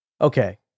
Okay